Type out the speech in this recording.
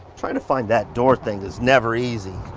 trying to find. that door thing is never easy.